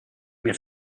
mia